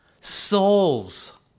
souls